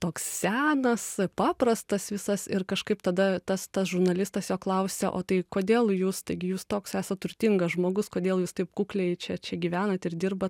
toks senas paprastas visas ir kažkaip tada tas tas žurnalistas jo klausia o tai kodėl jūs taigi jūs toks esat turtingas žmogus kodėl jūs taip kukliai čia čia gyvenat ir dirbat